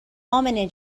امنه